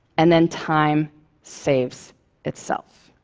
and then time saves itself.